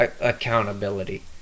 accountability